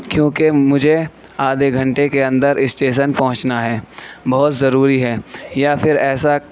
کیونکہ مجھے آدھے گھنٹے کے اندر اسٹیشن پہنچنا ہے بہت ضروری ہے یا پھر ایسا